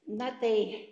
na tai